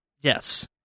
yes